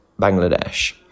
Bangladesh